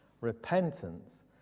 Repentance